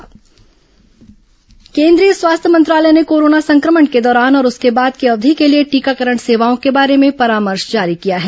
corona टीकाकरण परामर्श केंद्रीय स्वास्थ्य मंत्रालय ने कोरोना संक्रमण के दौरान और उसके बाद की अवधि के लिए टीकाकरण सेवाओं के बारे में परामर्श जारी किया है